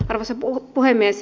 arvoisa puhemies